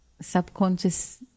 subconscious